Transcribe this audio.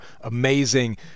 amazing